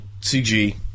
CG